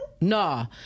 Nah